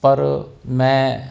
ਪਰ ਮੈਂ